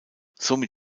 somit